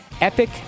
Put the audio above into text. epic